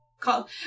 call